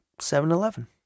7-Eleven